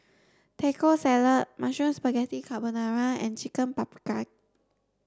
Taco Salad Mushroom Spaghetti Carbonara and Chicken Paprikas